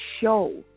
show